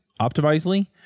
Optimizely